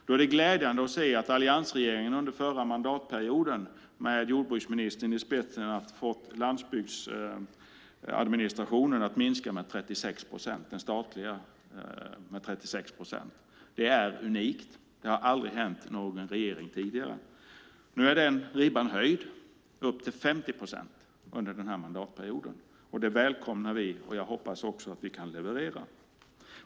Då är det glädjande att se att alliansregeringen under förra mandatperioden med jordbruksministern i spetsen fått den statliga landsbygdsadministrationen att minska med 36 procent. Det är unikt; det har aldrig hänt under någon regering tidigare. Nu är ribban höjd upp till 50 procent under den här mandatperioden. Det välkomnar vi, och det hoppas jag att vi kan leverera.